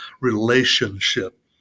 relationship